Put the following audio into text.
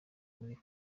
muri